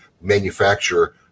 manufacturer